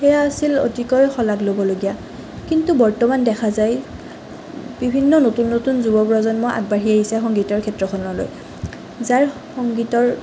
সেয়া আছিল অতিকৈ শলাগ ল'বলগীয়া কিন্তু বৰ্তমান দেখা যায় বিভিন্ন নতুন নতুন যুৱ প্ৰজন্ম আগবাঢ়ি আহিছে সংগীতৰ ক্ষেত্ৰখনলৈ যাৰ সংগীতৰ